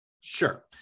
Sure